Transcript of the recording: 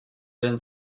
jeden